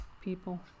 people